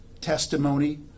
testimony